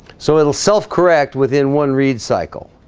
so it'll self correct within one read cycle